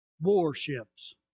warships